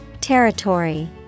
Territory